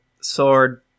sword